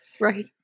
right